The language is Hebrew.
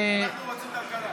אנחנו רוצים כלכלה.